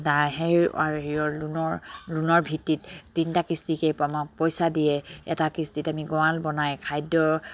সেই আৰু লোণৰ লোণৰ ভিত্তিত তিনটা কিস্তিকে আমাক পইচা দিয়ে এটা কিস্তিত আমি গঁৰাল বনাই খাদ্য